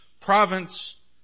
province